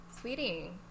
sweetie